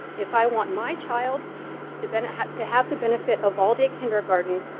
if i want my child to bennett had to have the benefit of allday kindergarten,